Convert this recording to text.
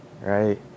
right